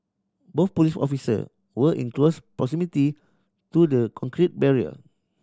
both police officer were in close proximity to the concrete barrier